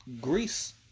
Greece